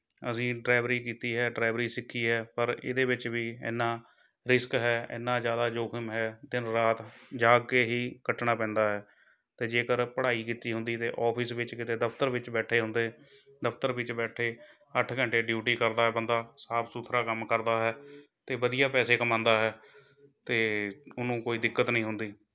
ਅਸੀਂ ਡਰਾਇਵਰੀ ਕੀਤੀ ਹੈ ਡਰਾਈਵਰੀ ਸਿੱਖੀ ਹੈ ਪਰ ਇਹਦੇ ਵਿੱਚ ਵੀ ਇੰਨਾਂ ਰਿਸਕ ਹੈ ਇੰਨਾਂ ਜ਼ਿਆਦਾ ਜੋਖਿਮ ਹੈ ਦਿਨ ਰਾਤ ਜਾਗ ਕੇ ਹੀ ਕੱਟਣਾ ਪੈਂਦਾ ਹੈ ਅਤੇ ਜੇਕਰ ਪੜ੍ਹਾਈ ਕੀਤੀ ਹੁੰਦੀ ਅਤੇ ਔਫਿਸ ਵਿੱਚ ਕਿਤੇ ਦਫ਼ਤਰ ਵਿੱਚ ਬੈਠੇ ਹੁੰਦੇ ਦਫ਼ਤਰ ਵਿੱਚ ਬੈਠੇ ਅੱਠ ਘੰਟੇ ਡਿਊਟੀ ਕਰਦਾ ਬੰਦਾ ਸਾਫ਼ ਸੁਥਰਾ ਕੰਮ ਕਰਦਾ ਹੈ ਅਤੇ ਵਧੀਆ ਪੈਸੇ ਕਮਾਉਂਦਾ ਹੈ ਅਤੇ ਉਹਨੂੰ ਕੋਈ ਦਿੱਕਤ ਨਹੀਂ ਹੁੰਦੀ